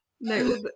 No